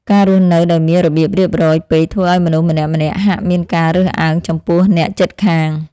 ការរស់នៅដោយមានរបៀបរៀបរយពេកធ្វើឱ្យមនុស្សម្នាក់ៗហាក់មានការរើសអើងចំពោះអ្នកជិតខាង។